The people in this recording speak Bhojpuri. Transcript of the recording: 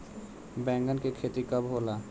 बैंगन के खेती कब होला?